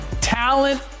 talent